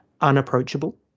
unapproachable